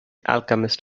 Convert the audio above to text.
alchemist